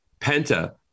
Penta